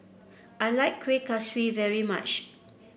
I like Kuih Kaswi very much